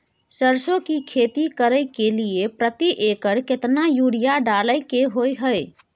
सरसो की खेती करे के लिये प्रति एकर केतना यूरिया डालय के होय हय?